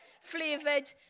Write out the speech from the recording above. flavoured